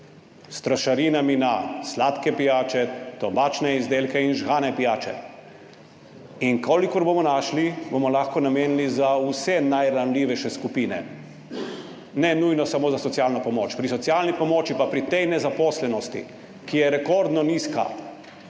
trošarinami na sladke pijače, tobačne izdelke in žgane pijače. In kolikor bomo našli, bomo lahko namenili za vse najranljivejše skupine, ne nujno samo za socialno pomoč. Pri socialni pomoči pa pri tej nezaposlenosti, ki je rekordno nizka,